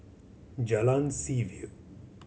Jalan Seaview